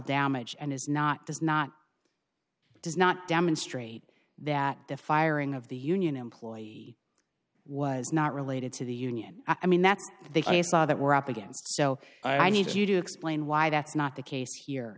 damage and is not does not it does not demonstrate that the firing of the union employee was not related to the union i mean that's the case that we're up against so i need you to explain why that's not the case here